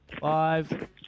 Five